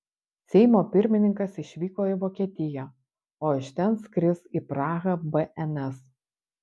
seimo pirmininkas išvyko į vokietiją o iš ten skris į prahą bns